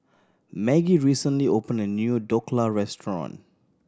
Maggie recently opened a new Dhokla Restaurant